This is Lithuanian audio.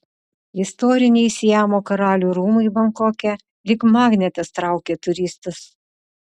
istoriniai siamo karalių rūmai bankoke lyg magnetas traukia turistus